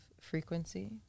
frequency